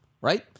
Right